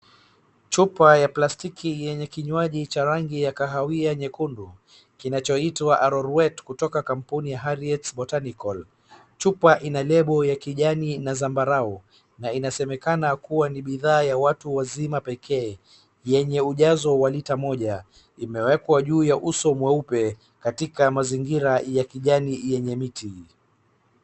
Chupa ya plastiki yenye kinywaji cha rangi ya kahawia nyekundu kinachoitwa Arorwet kutoka kampuni ya Harriet's Botanical. Chupa ina lebo ya kijani na zambarau na inasemekana kuwa ni bidhaa ya watu wazima pekee yenye ujazo wa lita moja. Imewekwa juu ya uso mweupe katika mazingira ya kijani yenye miti.